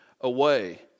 away